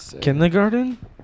Kindergarten